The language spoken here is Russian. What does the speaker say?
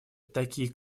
такие